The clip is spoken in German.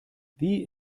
wie